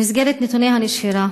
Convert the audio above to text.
במסגרת נתוני הנשירה,